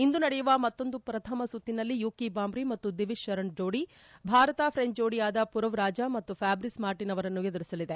ಇಂದು ನಡೆಯುವ ಮತ್ತೊಂದು ಪ್ರಥಮ ಸುತ್ತಿನಲ್ಲಿ ಯೂಕಿ ಬಾಂಬ್ರಿ ಹಾಗೂ ದಿವಿಜ್ ಶರಣ್ ಜೋಡಿ ಭಾರತ ಫ್ರೆಂಚ್ ಜೋಡಿಯಾದ ಪುರವ್ ರಾಜಾ ಮತ್ತು ಫ್ವಿಬ್ರಿಸ್ ಮಾರ್ಟನ್ ಅವರನ್ನು ಎದುರಿಸಲಿದೆ